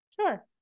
Sure